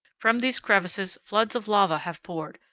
from these crevices floods of lava have poured,